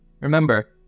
remember